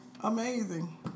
Amazing